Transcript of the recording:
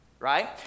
Right